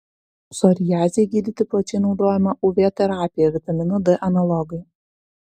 psoriazei gydyti plačiai naudojama uv terapija vitamino d analogai